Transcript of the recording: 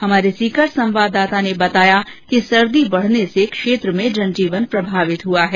हमारे सीकर संवाददाता ने बताया कि सर्दी बढ़ने से क्षेत्र में जनजीवन प्रभावित हैंआ है